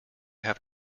have